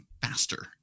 faster